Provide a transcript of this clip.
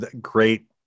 great